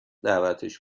دعوتش